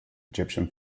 egyptian